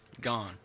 Gone